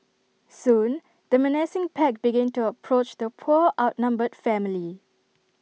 soon the menacing pack began to approach the poor outnumbered family